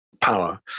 power